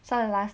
so the last